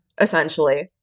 essentially